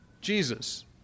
Jesus